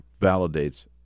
validates